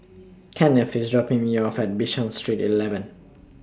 Kenneth IS dropping Me off At Bishan Street eleven